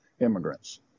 immigrants